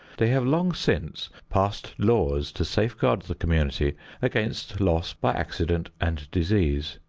they have long since passed laws to safeguard the community against loss by accident and disease.